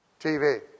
TV